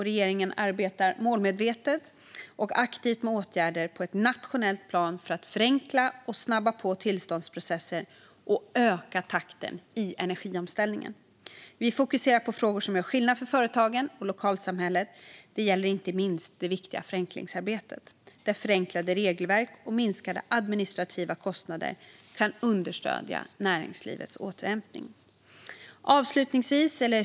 Regeringen arbetar målmedvetet och aktivt med åtgärder på ett nationellt plan för att förenkla och snabba på tillståndsprocesser och öka takten i energiomställningen. Vi fokuserar på frågor som gör skillnad för företagen och lokalsamhället. Det gäller inte minst det viktiga förenklingsarbetet, där förenklade regelverk och minskade administrativa kostnader kan understödja näringslivets återhämtning.